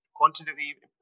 quantitative